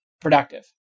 productive